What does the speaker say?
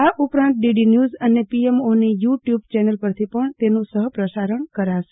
આ ઉપરાંત DD news અને પીએમઓની યુટયુબ ચેનલ પરથી પણ તેનું સહપ્રસારણ કરાશે